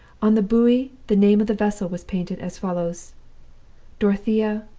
on the buoy the name of the vessel was painted, as follows dorothea,